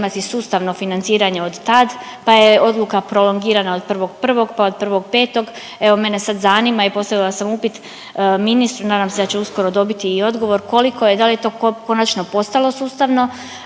imati sustavno financiranje od tad, pa je odluka prolongirana od 1.01. pa od 1.05. Evo mene sad zanima i postavila sam upit ministru, nadam se da ću uskoro dobiti i odgovor, koliko je, da li je to konačno postalo sustavno